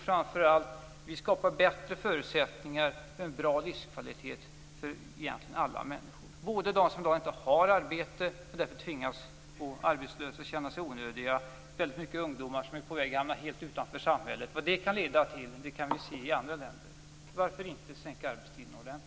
Framför allt skapar vi bättre förutsättningar för en bra livskvalitet för alla människor, t.ex. de som inte har arbete och därför tvingas gå arbetslösa och känna sig onödiga. Det är väldigt många ungdomar som är på väg att hamna helt utanför samhället. Vad det kan leda till kan vi se i andra länder. Varför inte sänka arbetstiderna ordentligt?